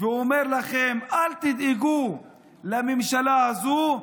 ואומר לכם: אל תדאגו לממשלה הזו,